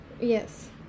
Yes